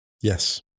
Yes